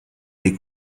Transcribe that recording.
dei